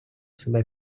себе